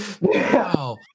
Wow